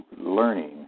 learning